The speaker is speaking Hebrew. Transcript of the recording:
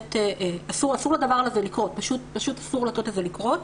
אסור לדבר הזה לקרות, פשוט אסור לתת לזה לקרות.